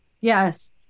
yes